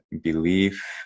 belief